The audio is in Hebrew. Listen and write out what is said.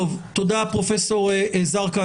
תודה פרופסור זרקא.